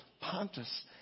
Pontus